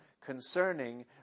concerning